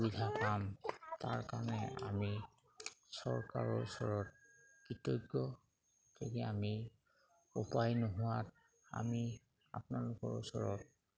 সুবিধা পাম তাৰ কাৰণে আমি চৰকাৰৰ ওচৰত কৃতজ্ঞ কিয়োকি আমি উপায় নোহোৱাত আমি আপোনালোকৰ ওচৰত